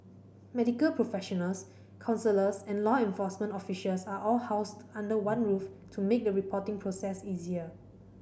medical professionals counsellors and law enforcement officials are all housed under one roof to make the reporting process easier